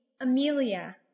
Amelia